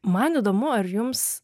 man įdomu ar jums